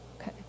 Okay